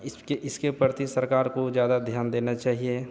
इसके इसके प्रति सरकार को ज़्यादा ध्यान देना चाहिए